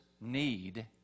need